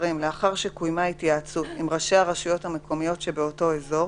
השרים לאחר שקוימה התייעצות עם ראשי הרשויות המקומיות שבאותו אזור,